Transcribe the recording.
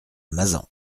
mazan